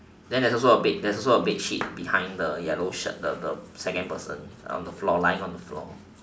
then there's also a bed there's also a bedsheet behind the yellow shirt the the second person on the floor lying on the floor